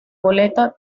goleta